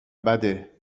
بده